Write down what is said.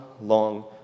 long